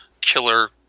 killer